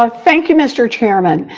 ah thank you, mr. chairman.